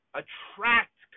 attract